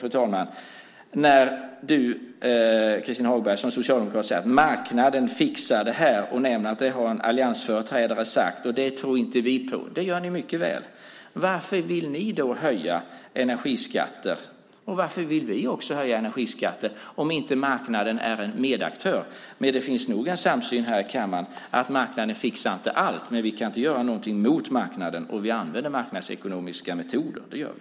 Därför vill jag till sist reagera på när Christin Hagberg som socialdemokrat säger att en alliansföreträdare har sagt att marknaden fixar det, och det tror inte ni på. Det gör ni mycket väl. Varför vill ni höja energiskatter, och varför vill vi också höja energiskatter, om inte marknaden är en medaktör? Det finns nog en samsyn här i kammaren om att marknaden inte fixar allt, men vi kan inte göra något mot marknaden. Vi använder marknadsekonomiska metoder. Det gör vi.